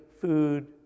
food